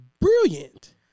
brilliant